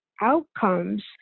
outcomes